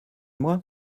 moi